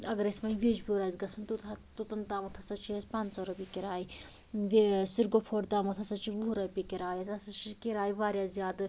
اگر اسہِ وۄنۍ یجبیٛور آسہِ گَژھن توٚت حظ توٚتن تامتھ ہَسا چھِ اسہِ پنٛژاہ رۄپیہِ کِراے یہِ سِرگۄفور تامتھ ہَسا چھِ وُہ رۄپیہِ کِراے اسہِ ہَسا چھِ کِرے وارِیاہ زیادٕ